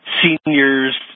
seniors